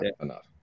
enough